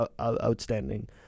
outstanding